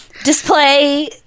Display